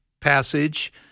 passage